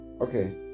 okay